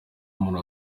muntu